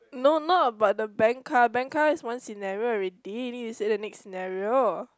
no not about the bang car bang car is one scenario already you need to say the next scenario